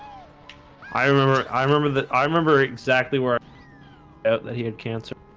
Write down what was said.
i remember i remember that i remember exactly work out that he had cancer